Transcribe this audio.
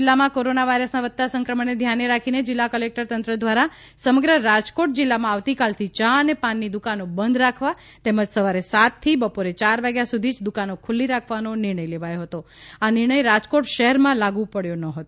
રાજકોટ જિલ્લામાં કોરોનાવાયરસના વધતા સંક્રમણને ધ્યાને રાખીને જિલ્લા કલેકટર તંત્ર દ્વારા સમગ્ર રાજકોટ જિલ્લામાં આવતીકાલથી ચા અને પાનની દુકાનો બંધ રાખવા તેમજ સવારે સાત થી બપોરે ચાર વાગ્યા સુધી જ દુકાનો ખુલ્લી રાખવા નો નિર્ણય લેવાયો હતો આ નિર્ણય રાજકોટ શહેરમાં લાગુ પડયો નહોતો